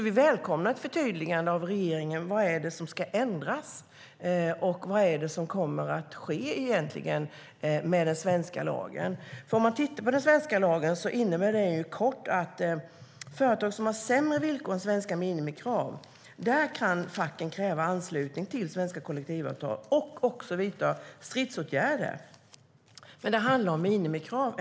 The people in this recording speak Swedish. Vi välkomnar ett förtydligande av regeringen om vad det är som ska ändras och vad som egentligen kommer att ske med den svenska lagen. Den svenska lagen innebär ju i korthet att när det gäller företag som har sämre villkor än svenska minimikrav kan facken kräva anslutning till svenska kollektivavtal och också vidta stridsåtgärder. Men återigen handlar det om minimikrav.